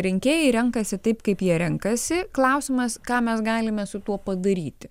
rinkėjai renkasi taip kaip jie renkasi klausimas ką mes galime su tuo padaryti